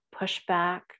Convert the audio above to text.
pushback